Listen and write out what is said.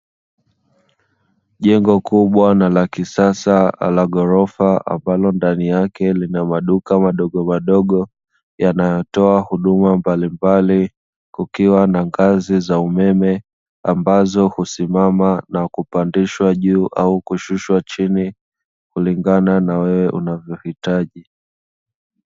Jengo kubwa na la kisasa la ghorofa ambalo ndani yake lina maduka madogo madogo, yanayotoa huduma mbalimbali kukiwa na ngazi za umeme ambazo husimama na kupandishwa juu au kushushwa chini kulingana na wewe unavyohitaji.